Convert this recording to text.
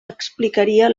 explicaria